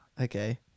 okay